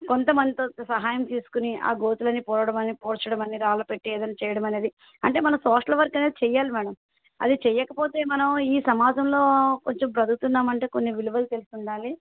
కొంతమందితో సహాయం తీసుకుని ఆ గోతులని పూడవడం పూడ్చడం అని రాళ్ళు పెట్టి ఏదన్న చేయడం అనేది అంటే మనం సోషల్ వర్క్ అనేది చేయాలి మ్యాడమ్ అదే చేయకపోతే మనం ఈ సమాజంలో కొంచెం బ్రతుకుతున్నాం అంటే కొన్ని విలువలు తెలిసి ఉండాలి